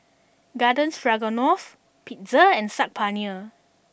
Garden Stroganoff Pizza and Saag Paneer